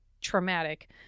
traumatic